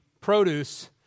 produce